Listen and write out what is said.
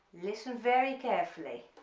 listen very carefully